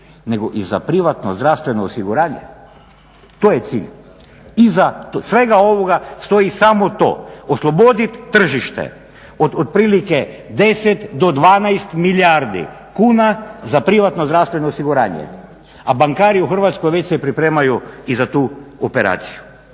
nego i za privatno zdravstveno osiguranje. To je cilj. Iza svega ovoga stoji samo to. Osloboditi tržište od otprilike 10 do 12 milijardi kuna za privatno zdravstveno osiguranje. A bankari u Hrvatskoj već se pripremaju i za tu operaciju.